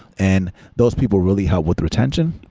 and those people really help with retention,